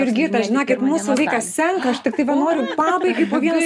jurgita žinokit mūsų laikas senka aš tiktai noriu pabaigai po vieną